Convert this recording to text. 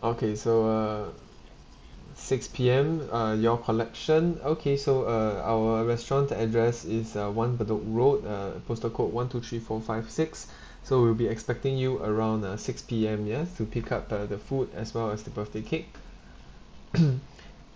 okay so uh six P_M uh your collection okay so uh our restaurant the address is uh one bedok road uh postal code one two three four five six so we'll be expecting you around uh six P_M ya to pick up the the food as well as the birthday cake